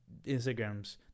Instagrams